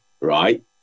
right